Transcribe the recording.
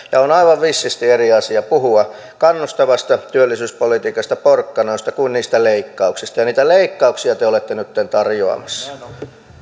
on aivan vissisti eri asia puhua kannustavasta työllisyyspolitiikasta porkkanoista kuin niistä leikkauksista ja niitä leikkauksia te olette nytten tarjoamassa